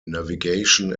navigation